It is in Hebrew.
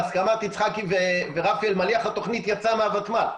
ובהסכמת יצחקי ורפי אלמליח התוכנית יצאה מהותמ"ל,